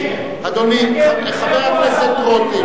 אדוני חבר הכנסת רותם,